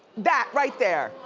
that, right there.